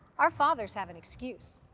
our fathers have an excuse.